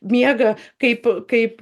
miega kaip kaip